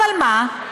אבל מה,